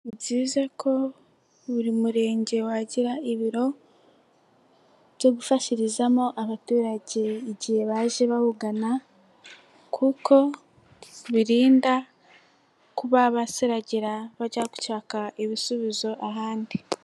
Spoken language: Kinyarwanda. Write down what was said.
Ni byiza ko buri Murenge wagira ibiro byo gufashirizamo, abaturage igihe baje bawugana kuko birinda kuba basiragira bajya gushaka ibisubizo ahandi.